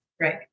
Right